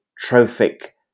trophic